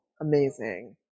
amazing